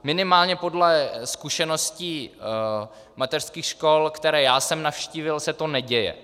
Minimálně podle zkušeností mateřských škol, které jsem navštívil, se to neděje.